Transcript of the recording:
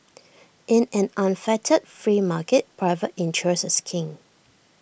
in an unfettered free market private interest is king